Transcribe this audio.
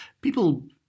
people